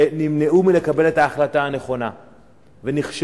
שנמנעו מלקבל את ההחלטה הנכונה ונכשלו